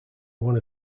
one